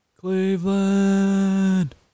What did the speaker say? Cleveland